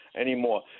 anymore